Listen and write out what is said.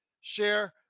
share